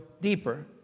deeper